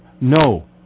No